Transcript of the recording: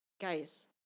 guys